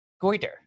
goiter